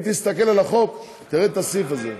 אם תסתכל על החוק תראה את הסעיף הזה.